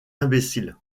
imbéciles